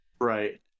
Right